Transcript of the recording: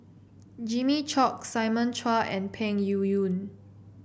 Jimmy Chok Simon Chua and Peng Yuyun